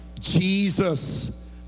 jesus